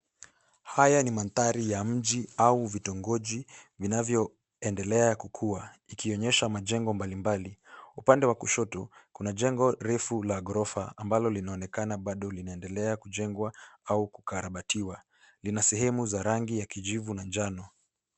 Haya ni mandhari ya mji au vitongoji vinavyoendelea kukuwa ikionyesha majengo mbalimbali. Upande wa kushoto, kuna jengo refu la ghorofa ambalo linaonekana bado linaendelea kujengwa au kukarabatiwa. Lina sehemu za rangi ya kijivu na njano.